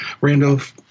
Randolph